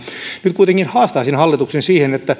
nyt kuitenkin haastaisin hallituksen siihen että